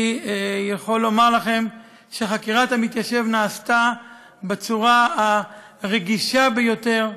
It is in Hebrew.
אני יכול לומר לכם שחקירת המתיישב נעשתה בצורה הרגישה ביותר,